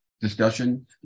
discussion